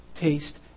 taste